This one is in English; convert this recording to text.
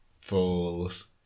fools